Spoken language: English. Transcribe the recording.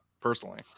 personally